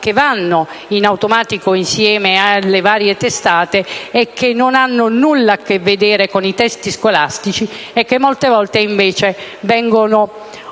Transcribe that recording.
che vanno in automatico insieme alle varie testate e che non hanno nulla a che vedere con i testi scolastici, ma che molte volte vengono